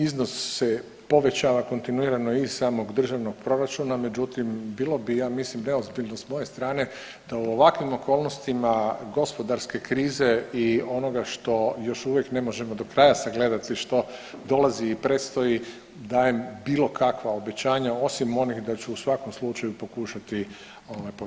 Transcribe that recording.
Iznos se povećao kontinuirano iz samog državnog proračuna, međutim bilo ja mislim neozbiljno s moje strane da u ovakvim okolnostima gospodarske krize i onoga što još uvijek ne možemo do kraja sagledati što dolazi i predstoji dajem bilo kakva obećanja, osim onih da ću u svakom slučaju pokušati taj iznos.